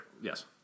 Yes